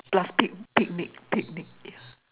plus pic~ picnic picnic yeah